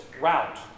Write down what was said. route